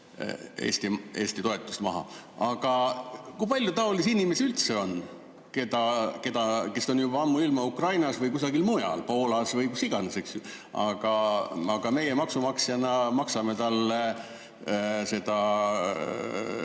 Eesti toetust maha. Aga kui palju taolisi inimesi üldse on, kes on juba ammuilma Ukrainas või kusagil mujal, Poolas või kus iganes, eks ju, aga meie maksumaksjana maksame neile seda